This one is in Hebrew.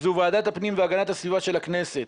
זו ועדת הפנים והגנת הסביבה של הכנסת,